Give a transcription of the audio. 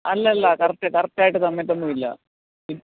അല്ല അല്ല correct correct ആയിട്ട് തന്നിട്ടൊന്നുമില്ല